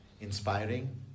inspiring